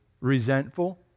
Resentful